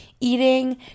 eating